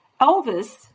Elvis